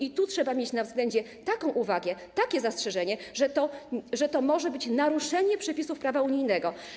I tu trzeba mieć na względzie taką uwagę, takie zastrzeżenie, że to może być naruszenie przepisów prawa unijnego.